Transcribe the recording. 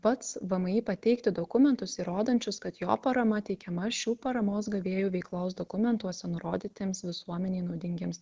pats vmi pateikti dokumentus įrodančius kad jo parama teikiama šių paramos gavėjų veiklos dokumentuose nurodytiems visuomenei naudingiems